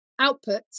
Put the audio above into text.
outputs